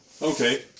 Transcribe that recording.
Okay